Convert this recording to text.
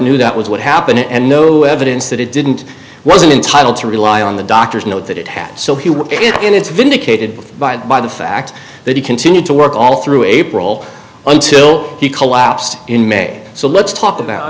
knew that was what happened and no evidence that he didn't wasn't entitled to rely on the doctor's note that it happened and it's vindicated by by the fact that he continued to work all through april until he collapsed in may so let's talk about